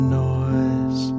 noise